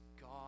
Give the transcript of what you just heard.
God